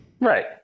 Right